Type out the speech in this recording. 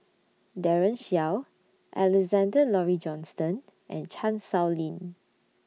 Daren Shiau Alexander Laurie Johnston and Chan Sow Lin